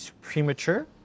premature